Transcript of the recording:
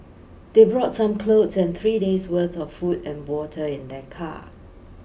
they brought some clothes and three days' worth of food and water in their car